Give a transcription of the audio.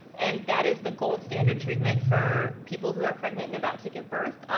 and that is the gold standard treatment for people who are pregnant and about to give birth.